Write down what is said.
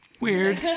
Weird